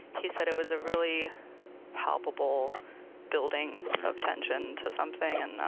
he said it was a really palpable building of tension to something. and